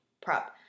prep